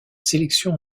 sélection